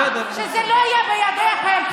שזה לא יהיה בידיכם.